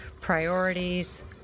priorities